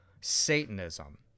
Satanism